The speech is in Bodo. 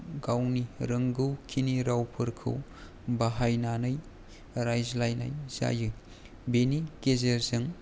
गावनि रोंगौखिनि रावफोरखौ बाहायनानै रायज्लायनाय जायो बेनि गेजेरजों